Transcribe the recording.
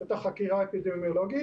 את החקירה האפידמיולוגית.